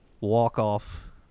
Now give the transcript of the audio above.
walk-off